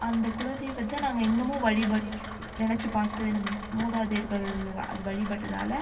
அந்த குலதெய்வத்தை நாங்கள் இன்னமும் வழிபட்டு நினச்சி பார்த்து நம்ம மூதாதையர்கள் அது வழிபட்டதால்